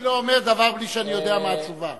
אני לא אומר דבר בלי שאני יודע מה התשובה.